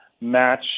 match